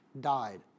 died